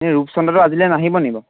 এই ৰূপচন্দাটো আজিলৈ নাহিব নি বাৰু